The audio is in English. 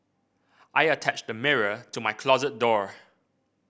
I attached a mirror to my closet door